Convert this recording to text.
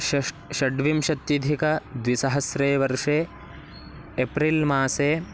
षष्ठिः षड्विंशत्यधिकद्विसहस्रे वर्षे एप्रिल् मासे